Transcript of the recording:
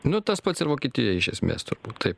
nu tas pats ir vokietijoj iš esmės turbūt taip